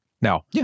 Now